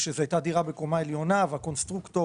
שזו הייתה דירה בקומה עליונה והקונסטרוקטור